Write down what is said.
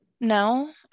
No